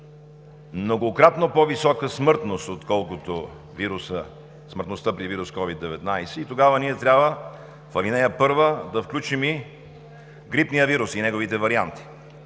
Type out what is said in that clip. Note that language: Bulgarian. многократно по-висока смъртност, отколкото смъртността при вируса COVID-19. Тогава ние трябва в ал. 1 да включим и грипния вирус, и неговите варианти.